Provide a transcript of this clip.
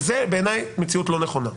וזו בעיניי מציאות לא נכונה.